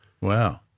Wow